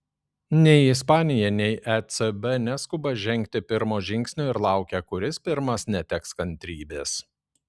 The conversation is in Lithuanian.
nei ispanija nei ecb neskuba žengti pirmo žingsnio ir laukia kuris pirmas neteks kantrybės